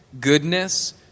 goodness